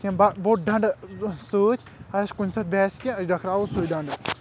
کینٛہہ بوٚڈ ڈنٛڈٕ سۭتۍ اسہِ کُنہِ ساتہٕ باسہِ کینٛہہ أسۍ ڈکھراوو سُے ڈنٛڈٕ